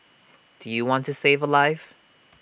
do you want to save A life